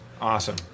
Awesome